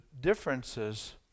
differences